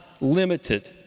limited